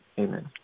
Amen